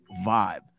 vibe